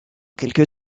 quelque